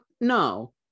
no